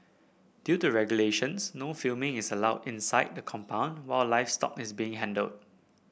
due to regulations no filming is allowed inside the compound while livestock is being handled